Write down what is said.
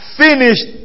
finished